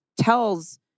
tells